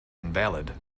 invalid